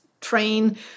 train